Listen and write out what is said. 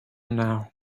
now